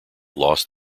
lost